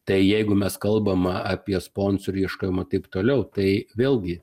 tai jeigu mes kalbam apie sponsorių ieškojimą taip toliau tai vėlgi